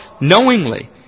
knowingly